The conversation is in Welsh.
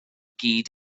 gyd